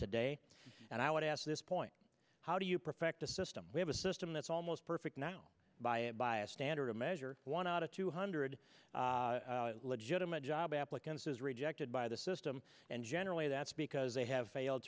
today and i would ask this point how do you perfect a system we have a system that's almost perfect now by and by a standard of measure one out of two hundred legitimate job applicants is rejected by the system and generally that's because they have failed